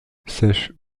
sèche